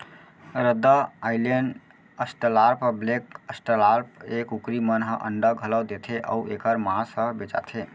रद्दा Island, Australorp, black Australorp ए कुकरी मन ह अंडा घलौ देथे अउ एकर मांस ह बेचाथे